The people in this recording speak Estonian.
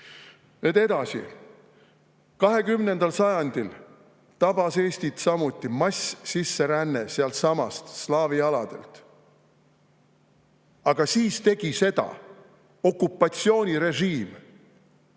Edasi. 20. sajandil tabas Eestit samuti massiline sisseränne sealtsamast slaavi aladelt, aga siis tegi seda okupatsioonirežiim.